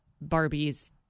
Barbie's